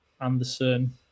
anderson